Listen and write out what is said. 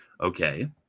Okay